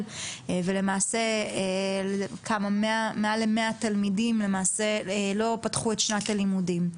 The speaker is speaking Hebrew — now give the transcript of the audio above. ולמעשה מעל ל-100 תלמידים לא פתחו את שנת הלימודים.